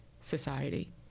society